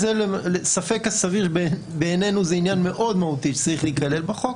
ספק סביר בעינינו הוא עניין מאוד מהותי שצריך להיכלל בחוק